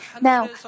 Now